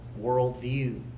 worldview